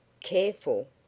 Careful